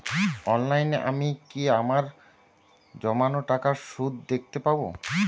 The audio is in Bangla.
অনলাইনে আমি কি আমার জমানো টাকার সুদ দেখতে পবো?